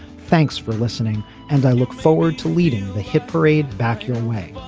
thanks for listening and i look forward to leading the hit parade. back your way.